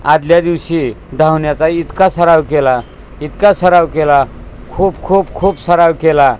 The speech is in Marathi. आदल्या दिवशी धावण्याचा इतका सराव केला इतका सराव केला खूप खूप खूप सराव केला